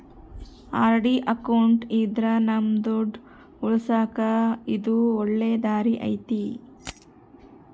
RD account ಇದ್ರ ನಮ್ ದುಡ್ಡು ಉಳಿಸಕ ಇದು ಒಳ್ಳೆ ದಾರಿ ಐತಿ